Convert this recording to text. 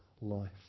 life